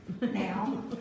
now